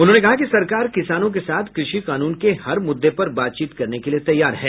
उन्होंने कहा कि सरकार किसानों के साथ कृषि कानून के हर मुद्दे पर बातचीत करने के लिए तैयार है